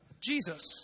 Jesus